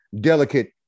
delicate